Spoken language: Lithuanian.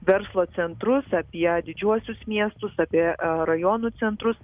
verslo centrus apie didžiuosius miestus apie rajonų centrus